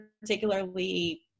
particularly